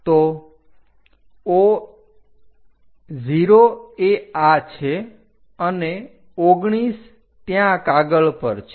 તો 0 એ આ છે અને 19 ત્યાં કાગળ પર છે